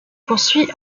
poursuit